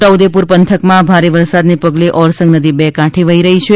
છોટા ઉદેપુર પંથકમાં ભારે વરસાદને પગલે ઓરસંગ નદી બે કાંઠે વફી રહી છે